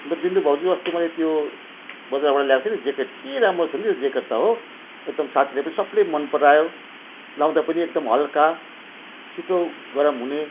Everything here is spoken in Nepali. अन्त बिन्दु भाउजू अस्ति मैले त्यो बजारबाट ल्याएको थिएँ नि ज्याकेट के राम्रो छ नि त त्यो ज्याकेट त हो एकदम साथीले पनि सबले मन परायो लगाउँदा पनि एकदम हलका छिटो गरम हुने